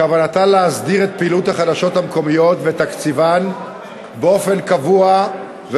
כוונתה להסדיר את‏ פעילות ‏החדשות ‏המקומיות ואת תקציבן ‏באופן ‏קבוע‏,